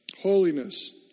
holiness